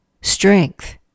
strength